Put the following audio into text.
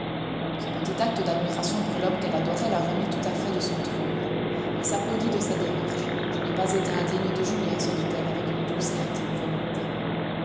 ce petit acte d'admiration pour l'homme qu'elle adorait la remit tout à fait de son trouble elle s'applaudit de sa démarche je n'ai pas été indigne de julien se dit-elle avec une douce et intime volupté